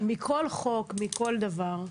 בכל חוק ובכל דבר.